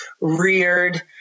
reared